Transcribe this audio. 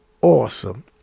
awesome